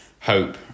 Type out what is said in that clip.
hope